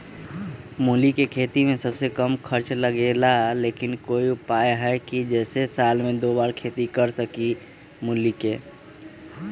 मूली के खेती में सबसे कम खर्च लगेला लेकिन कोई उपाय है कि जेसे साल में दो बार खेती करी मूली के?